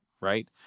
right